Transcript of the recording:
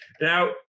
Now